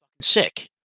sick